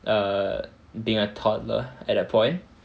err being a toddler at that point